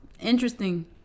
Interesting